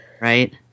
Right